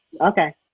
Okay